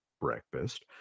breakfast